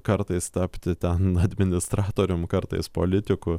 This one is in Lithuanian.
kartais tapti ten administratorium kartais politiku